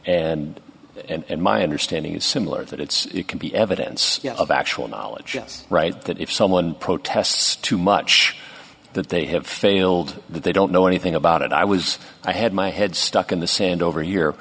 instruction and my understanding is similar that it's it can be evidence of actual knowledge yes right that if someone protests too much that they have failed that they don't know anything about it i was i had my head stuck in the sand over here